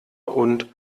und